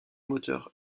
moteur